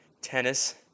tennis